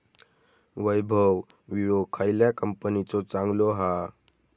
वैभव विळो खयल्या कंपनीचो चांगलो हा?